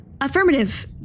Affirmative